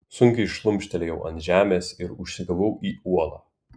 sunkiai šlumštelėjau ant žemės ir užsigavau į uolą